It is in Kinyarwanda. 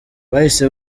bahise